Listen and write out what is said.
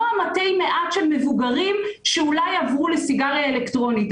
לא מתי המעט של המבוגרים שאולי יעברו לסיגריה אלקטרונית.